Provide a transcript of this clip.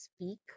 speak